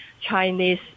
chinese